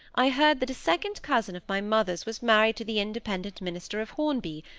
i heard that a second-cousin of my mother's was married to the independent minister of hornby,